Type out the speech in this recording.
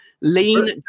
lean